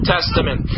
Testament